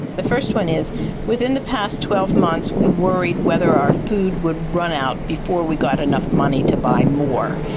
the first one is within the past twelve months we worried whether our food would run out before we got enough money to buy more.